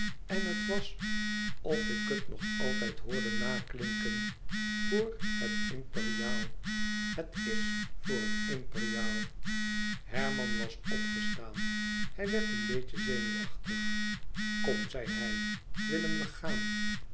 en het was of ik het nog altijd hoorde naklinken voor het imperiaal het is voor het imperiaal herman was opgestaan hij werd een beetje zenuwachtig kom zei hij willen we gaan